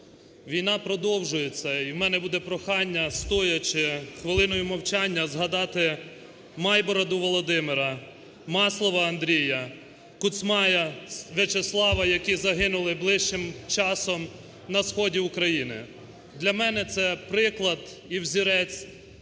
Війна продовжується і у мене буде прохання стоячи хвилиною мовчання згадати Майбороду Володимира, Маслова Андрія, Куцмая В'ячеслава, які загинули ближчим часом на сході України. Для мене це приклад і взірець